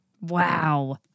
wow